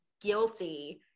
guilty